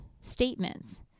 statements